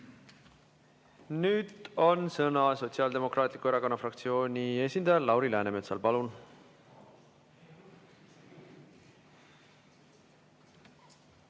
Nüüd on sõna Sotsiaaldemokraatliku Erakonna fraktsiooni esindajal Lauri Läänemetsal. Palun!